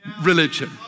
religion